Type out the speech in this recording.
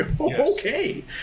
Okay